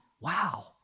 Wow